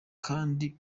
kandi